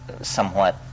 somewhat